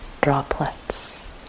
droplets